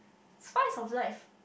spice of life